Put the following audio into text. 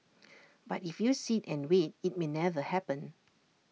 but if you sit and wait IT may never happen